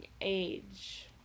age